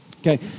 Okay